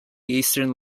eastern